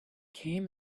came